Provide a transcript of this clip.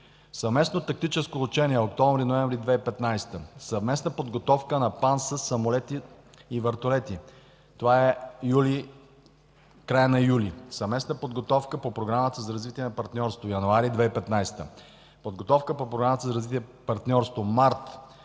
съвместно тактическо учение октомври – ноември 2015 г., съвместна подготовка на ПАН със самолети и вертолети – това е в края на юли, съвместна подготовка по Програмата за развитие на партньорство януари 2015 г., подготовка по Програмата за развитие на партньорство – март,